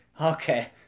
okay